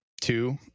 two